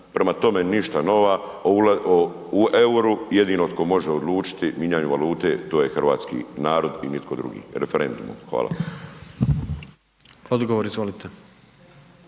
Prema tome, ništa nova o EUR-u, jedino tko može odlučiti o minjaju valute to je hrvatski narod i nitko drugi, referendumom. Hvala. **Jandroković,